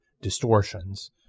distortions